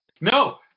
No